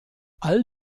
all